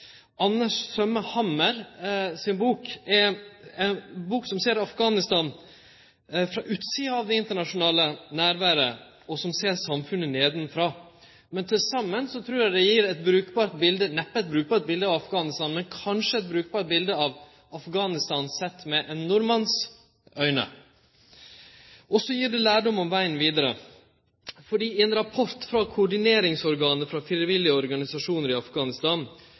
bok er ei bok som ser Afghanistan frå utsida av det internasjonale nærværet, og som ser samfunnet nedanfrå. Til saman trur eg dei gir eit brukbart bilete – neppe eit brukbart bilete av Afghanistan, men kanskje eit brukbart bilete av Afghanistan sett med ein nordmanns auge. Og så gir dei lærdom om vegen vidare. I ein rapport frå koordineringsorganet for frivillige organisasjonar i